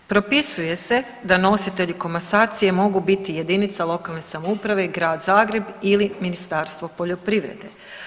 Propisuje se da nositelji komasacije mogu biti jedinica lokalne samouprave i grad Zagreb ili Ministarstvo poljoprivrede.